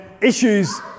issues